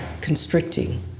constricting